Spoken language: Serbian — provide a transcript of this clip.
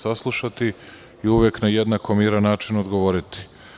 Saslušaćemo vas i uvek na jednako miran način odgovoriti.